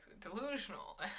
delusional